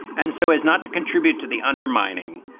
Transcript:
and so as not to contribute to the undermining.